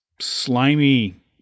slimy